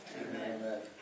amen